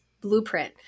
blueprint